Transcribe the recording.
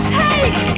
take